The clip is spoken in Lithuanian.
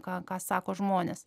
ką ką sako žmonės